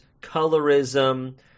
colorism